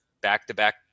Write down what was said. back-to-back